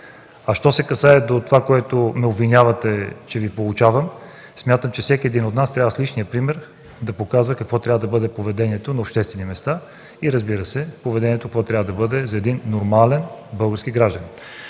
Що се касае до това, в което ме обвинявате – че Ви поучавам, смятам, че всеки един от нас трябва с личния си пример да показва какво трябва да бъде поведението на обществени места, и, разбира се, какво трябва да бъде поведението на един нормален български гражданин.